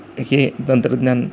हे तंत्रज्ञान